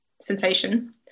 sensation